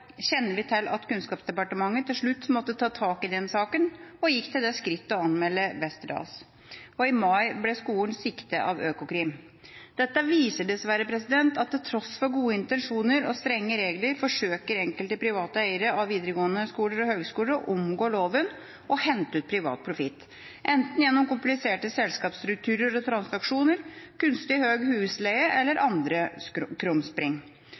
kjenner vi til at Kunnskapsdepartementet til slutt måtte ta tak i saken og gikk til det skrittet å anmelde Westerdals. I mai ble skolen siktet av Økokrim. Dette viser dessverre at til tross for gode intensjoner og strenge regler forsøker enkelte private eiere av videregående skoler og høyskoler å omgå loven og hente ut privat profitt, enten gjennom kompliserte selskapsstrukturer og transaksjoner, kunstig høy husleie eller